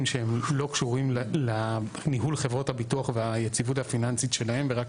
שהם לא קשורים לניהול חברות הביטוח והיציבות הפיננסית שלהם ורק